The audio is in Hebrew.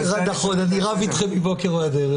נכון, אני רב אתכם מבוקר ועד ערב.